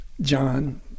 John